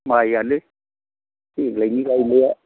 माइयानो देग्लायनि गायनाया